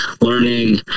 learning